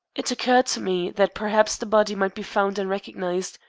it occurred to me that perhaps the body might be found and recognized.